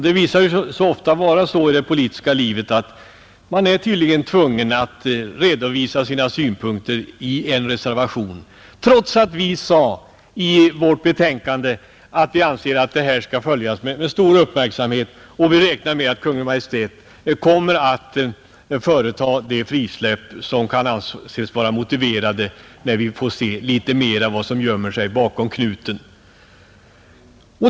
Det visar sig ju ofta vara så i det politiska livet, att man tydligen är tvungen att redovisa sina synpunkter i en reservation. Och det gjorde man alltså i detta fall trots att vi i vårt betänkande sade att vi anser att den här frågan skall följas med uppmärksamhet och att vi räknar med att Kungl. Maj:t kommer att företa de frisläpp som kan anses vara motiverade, när vi litet bättre kan se vad som gömmer sig bakom knuten.